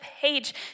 page